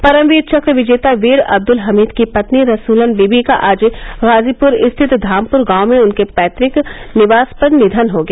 परमवीर चक्र विजेता वीर अब्दुल हमीद की पत्नी रसूलन बीवी का आज गाजीपुर स्थित धामपुर गांव में उनके पैतुक निवास पर निधन हो गया